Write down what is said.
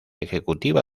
ejecutiva